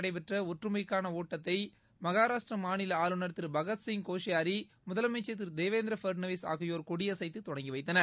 நடைபெற்றஒற்றுமைக்கானஒட்டத்தைமகாராஷ்டிரமாநிலஆளுநர் மும்பையில் திருபகத்சிங் கோஷ்யாரி முதலமைச்சர் திருதேவேந்திரபட்நவிஸ் ஆகியோர் கொடியசைத்துதொடங்கிவைத்தனர்